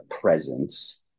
presence